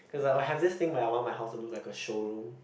cause I'll have this thing where I want my house to look like a showroom